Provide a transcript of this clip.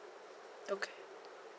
okay